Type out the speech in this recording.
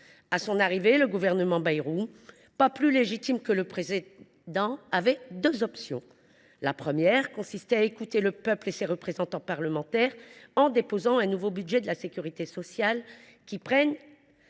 À son arrivée, le gouvernement Bayrou, pas plus légitime que le précédent, avait deux options. La première consistait à écouter le peuple et ses représentants parlementaires en déposant un nouveau budget de la sécurité sociale, qui prenne